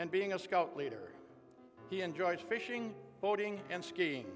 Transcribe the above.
being a scout leader he enjoys fishing boating and skiing